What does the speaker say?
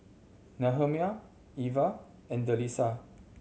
Nehemiah Ivah and Delisa